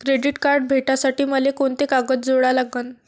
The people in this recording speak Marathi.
क्रेडिट कार्ड भेटासाठी मले कोंते कागद जोडा लागन?